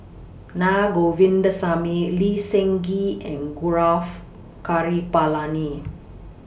Na Govindasamy Lee Seng Gee and Gaurav Kripalani